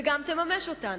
וגם תממש אותן.